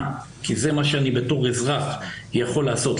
כי זה מה שאני בתור אזרח יכול לעשות,